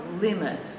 limit